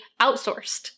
outsourced